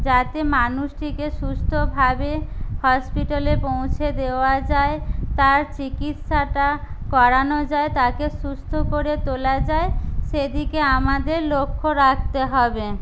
যাতে মানুষটিকে সুস্থভাবে হসপিটালে পৌঁছে দেওয়া যায় তার চিকিৎসাটা করানো যায় তাকে সুস্থ করে তোলা যায় সেদিকে আমাদের লক্ষ্য রাখতে হবে